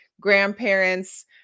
grandparents